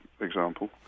example